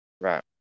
Right